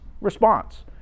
response